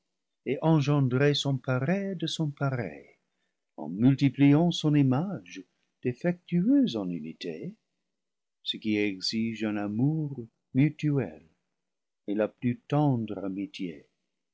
et en gendrer son pareil de son pareil en multipliant son image défectueuse en unité ce qui exige un amour mutuel et la plus tendre